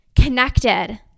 connected